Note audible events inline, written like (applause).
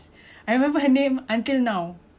I'm just saying (laughs)